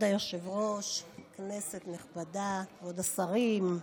כבוד היושב-ראש, כנסת נכבדה, כבוד השרים,